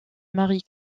marie